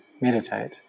meditate